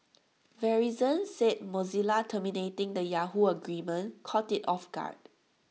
verizon said Mozilla terminating the Yahoo agreement caught IT off guard